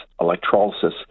electrolysis